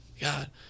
god